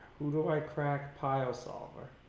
who do i crack pio solver?